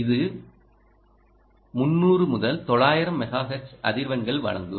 இது 300 முதல் 900 megahertz அதிர்வெண்கள் வழங்கும்